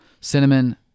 cinnamon